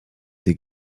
des